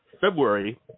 February